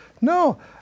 No